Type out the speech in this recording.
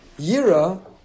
Yira